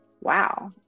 wow